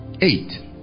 Eight